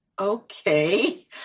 okay